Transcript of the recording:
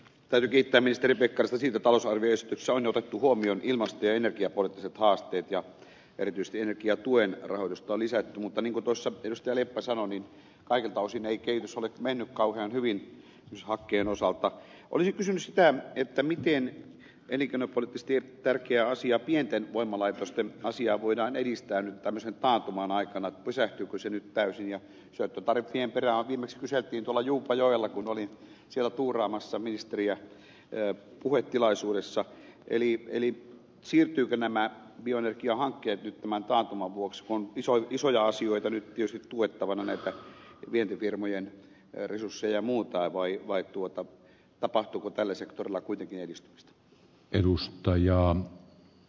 tärkeitä mister kasasi talousarvioesitys on otettu huomioon ilmasto ja energiapoliittiset haasteet ja edisti energiatuen rahoitusta lisättiin mutanen kudosopinosteli besanonin kaikilta osin ei kehitys ole mennyt kauhean hyvin jos hakkeen osalta oli kysymys sitä että miten elinkeinopoliittisesti tärkeää asiaa pienten voimalaitosten asiaa voidaan edistää näyttämisen taantuman aikana lisätty pysynyt täysin ja tatu parkkinen perää optimistiset vintola juupajoella kun olin siellä tuuraamassa ministeriä pää puhui tilaisuudessa eli eli siirtyvä nämä bioenergiahankkeet nyt tämän taantuman vuoksi on iso isoja asioita nyt kysytty voiko vannon että vientifirmojen resursseja mutta vain vai tuotto tapahtuu tällä sektorilla kuitenkin edistynyt edustajiaan